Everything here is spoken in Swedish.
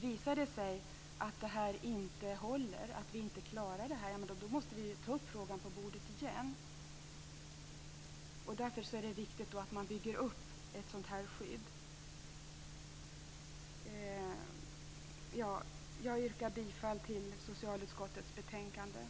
Visar det sig att det inte håller och att vi inte klarar detta måste vi ta upp frågan på bordet igen. Därför är det viktigt att man bygger upp ett sådant här skydd. Jag yrkar bifall till socialutskottets hemställan i betänkandet.